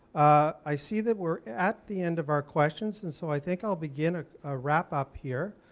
i see that we're at the end of our questions, and so i think i'll begin a wrap up here.